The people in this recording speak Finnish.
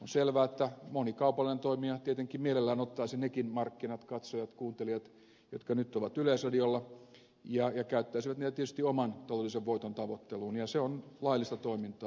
on selvää että moni kaupallinen toimija tietenkin mielellään ottaisi nekin markkinat katsojat kuuntelijat jotka nyt ovat yleisradiolla ja käyttäisi ne tietysti oman taloudellisen voiton tavoitteluun ja se on laillista toimintaa